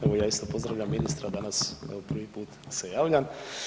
Evo ja isto pozdravljam ministra, danas prvi put se javljam.